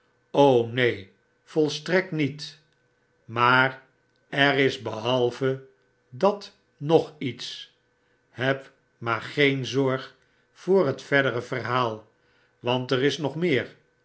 neen volstrekt niet maar er is behalve dat nog iets heb maar geen zorg voor het verdere verhaal want er is nog meer